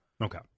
Okay